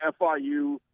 FIU